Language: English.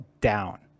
down